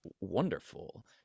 wonderful